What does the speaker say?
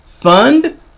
fund